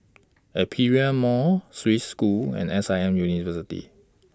Aperia Mall Swiss School and S I M University